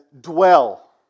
dwell